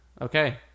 Okay